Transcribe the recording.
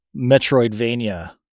Metroidvania